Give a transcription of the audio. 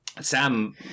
Sam